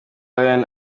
lion